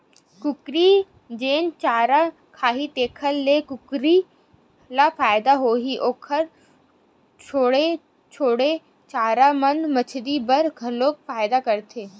कुकरी जेन चारा खाही तेखर ले कुकरी ल फायदा होही, ओखर छोड़े छाड़े चारा मन मछरी बर घलो फायदा करथे